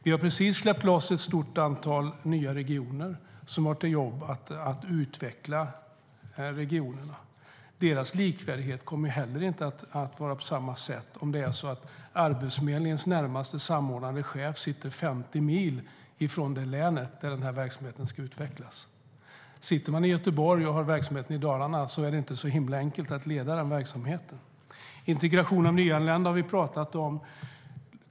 Vi har precis släppt loss ett stort antal nya regioner, där uppgiften är att utveckla regionerna. Deras likvärdighet kommer inte att vara på samma sätt, om Arbetsförmedlingens närmaste samordnande chef sitter 50 mil från länet där verksamheten ska utvecklas. Sitter man i Göteborg och har verksamheten i Dalarna är det inte så himla enkelt att leda den verksamheten. Integration av nyanlända har vi pratat om.